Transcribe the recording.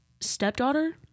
stepdaughter